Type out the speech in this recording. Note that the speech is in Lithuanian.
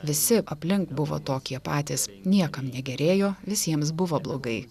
visi aplink buvo tokie patys niekam negerėjo visiems buvo blogai